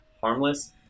harmless